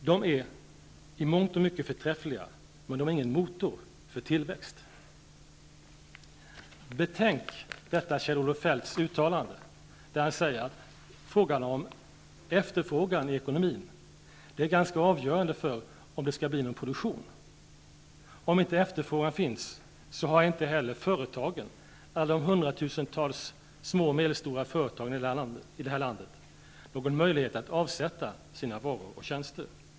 De är som sagt i mångt och mycket förträffliga -- men de är ingen motor för tillväxt.'' Betänk detta Kjell-Olof Feldts uttalande. Efterfrågan i ekonomin är ganska avgörande för om det skall bli någon produktion. Om inte efterfrågan finns har inte heller alla de hundratusentals små och medelstora företagen i hela landet någon möjlighet att avsätta sina varor och tjänster.